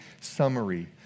summary